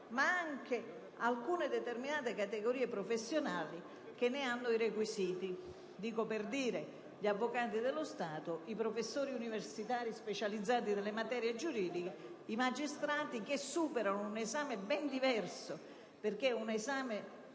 ma anche determinate categorie professionali che ne hanno i requisiti. Ricordo a tale riguardo, gli avvocati dello Stato, i professori universitari specializzati nelle materie giuridiche, i magistrati, che superano un esame ben diverso perché composto